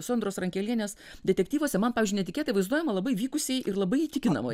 sondros rankelienės detektyvuose man pavyzdžiui vaizduojama labai vykusiai ir labai įtikinamai